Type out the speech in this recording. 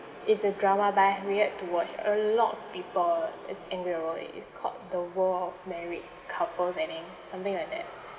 it's a drama but I have yet to watch a lot of people it's in their it's called the world of married couples I think something like that